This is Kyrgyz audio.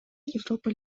европа